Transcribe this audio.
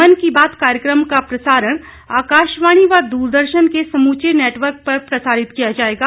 मन की बात कार्यक्रम का प्रसारण आकाशवाणी व द्रदर्शन के समूचे नेटवर्क पर किया जाएगा